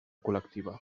col·lectiva